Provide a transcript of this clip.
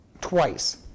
twice